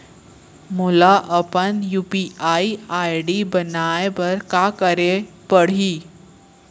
मोला अपन UPI ID बनाए बर का करे पड़ही?